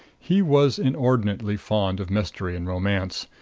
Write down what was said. he was inordinately fond of mystery and romance,